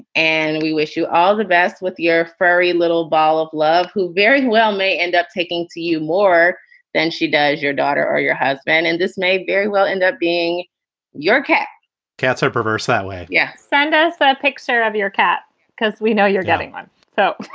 and we wish you all the best with your furry little ball of love who very well may end up taking to you more than she does your daughter or your husband. and this may very well end up being your cat cats are perverse that way yes. send us a picture of your cat because we know you're getting one. so,